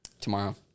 Tomorrow